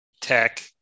tech